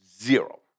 Zero